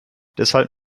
deshalb